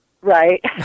right